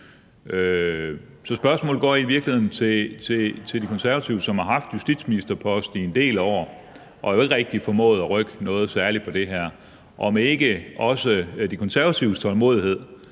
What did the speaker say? Så spørgsmålet går i virkeligheden til De Konservative, som har haft justitsministerposten i en del år, og som jo egentlig ikke rigtig formåede at rykke særligt meget på det her område, om ikke også De Konservatives tålmodighed